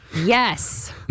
Yes